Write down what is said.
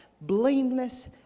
blameless